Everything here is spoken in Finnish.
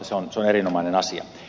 se on erinomainen asia